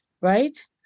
right